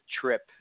trip